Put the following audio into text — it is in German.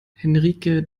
henrike